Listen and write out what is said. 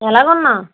ఎలాగున్నావు